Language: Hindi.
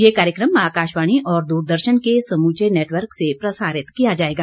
यह कार्यक्रम आकाशवाणी और द्रदर्शन के समूचे नेटवर्क से प्रसारित किया जाएगा